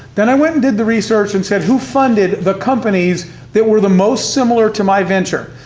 then, i went and did the research, and said, who funded the companies that were the most similar to my venture?